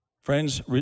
Friends